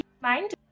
mind